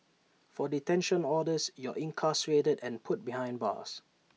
for detention orders you're incarcerated and put behind bars